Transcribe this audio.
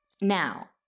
Now